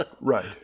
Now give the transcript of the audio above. Right